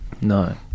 No